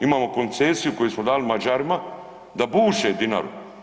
Imamo koncesiju koju smo dali Mađarima da buše Dinaru.